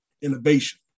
innovation